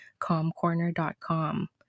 calmcorner.com